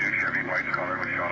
chevy white color with